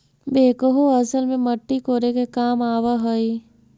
backhoe असल में मट्टी कोड़े के काम आवऽ हई